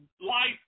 life